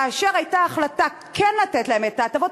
כאשר הייתה החלטה כן לתת להם את ההטבות,